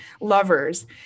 lovers